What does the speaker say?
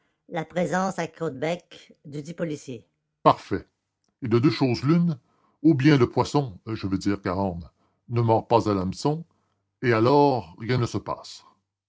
la présence à caudebec du dit policier parfait et de deux choses l'une ou bien le poisson je veux dire cahorn ne mord pas à l'hameçon et alors rien ne se passe